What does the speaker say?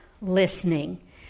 listening